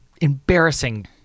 embarrassing